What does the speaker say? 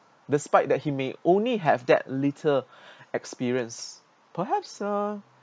despite that he may only have that little experience perhaps uh